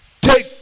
Take